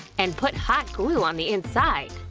and put hot glue on the inside.